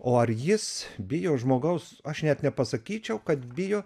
o ar jis bijo žmogaus aš net nepasakyčiau kad bijo